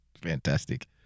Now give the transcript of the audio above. Fantastic